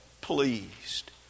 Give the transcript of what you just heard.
pleased